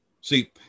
see